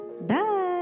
Bye